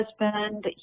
husband